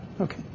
Okay